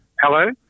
Hello